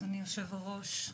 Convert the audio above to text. אדוני היושב-ראש,